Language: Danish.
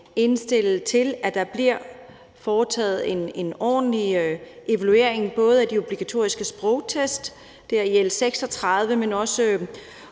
henstille til, at der bliver foretaget en ordentlig evaluering, både af de obligatoriske sprogtest i L 36, men også